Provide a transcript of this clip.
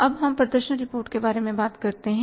अब हम प्रदर्शन रिपोर्ट के बारे में बात करते हैं